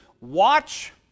watch